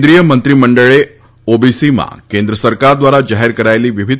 કેન્દ્રિય મંત્રી મંડળે ઓબીસીમાં કેન્દ્ર સરકાર ધ્વારા જાહેર કરાયેલી વિવિધ